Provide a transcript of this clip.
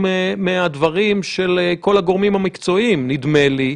הממשלה מחויבת?